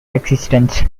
existence